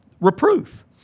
reproof